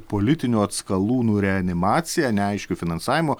politinių atskalūnų reanimacija neaiškiu finansavimu